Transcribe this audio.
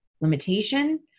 limitation